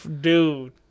dude